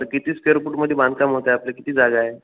तर किती स्क्वेअर फूटमध्ये बांधकाम होत आहे आपल्या किती जागा आहे